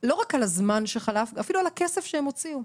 לא רק על הזמן שחלף, אפילו על הכסף שהם הוציאו.